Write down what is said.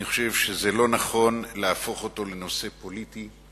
אני חושב שזה לא נכון להפוך אותו לנושא פוליטי.